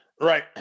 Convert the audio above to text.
right